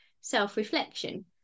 Self-reflection